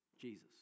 Jesus